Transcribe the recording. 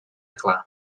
clar